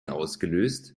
ausgelöst